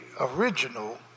original